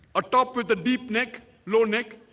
atop with the deep neck low neck